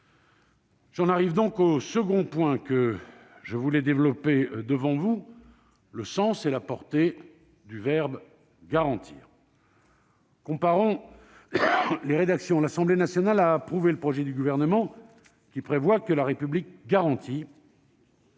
J'en arrive donc au second point que je veux développer devant vous : le sens et la portée du verbe « garantir »